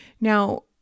Now